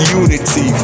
unity